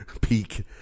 peak